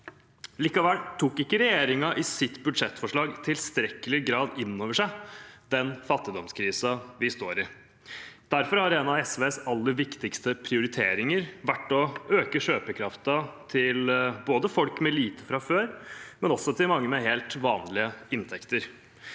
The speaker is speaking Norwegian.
Likevel tok ikke regjeringen i sitt budsjettforslag i tilstrekkelig grad inn over seg den fattigdomskrisen vi står i. Derfor har en av SVs aller viktigste prioriteringer vært å øke kjøpekraften til folk med lite fra før, men også til mange med helt vanlige inntekter.